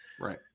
Right